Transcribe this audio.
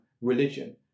religion